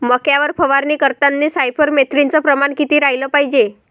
मक्यावर फवारनी करतांनी सायफर मेथ्रीनचं प्रमान किती रायलं पायजे?